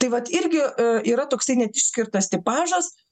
tai vat irgi yra toksai net išskirtas tipažas